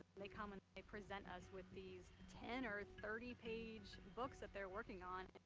they come and they present us with these ten or thirty page books that they're working on.